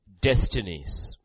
destinies